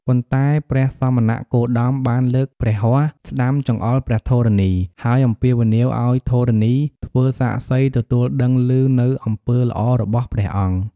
ប៉ុន្តែព្រះសមណគោតមបានលើកព្រះហស្តស្តាំចង្អុលព្រះធរណី ហើយអំពាវនាវឲ្យធរណីធ្វើសាក្សីទទួលដឹងឮនូវអំពើល្អរបស់ព្រះអង្គ។